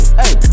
hey